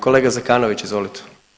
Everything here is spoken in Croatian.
Kolega Zekanović, izvolite.